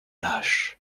lâche